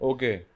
Okay